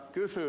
kysyn